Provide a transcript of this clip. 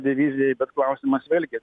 divizijai bet klausimas vėlgi